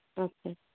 ᱟᱪᱪᱷᱟ